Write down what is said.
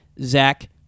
Zach